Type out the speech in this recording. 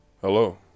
Hello